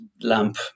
lamp